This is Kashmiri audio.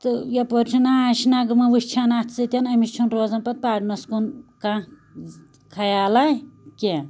تہٕ یَپٲرۍ چھُ ناچ نَغمہٕ وُچھان اَتھ سۭتۍ أمِس چھُنہٕ روزان پَتہٕ پَرنَس کُن کانٛہہ خیالہ کیٚنٛہہ